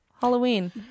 halloween